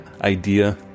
idea